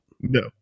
No